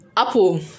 Apple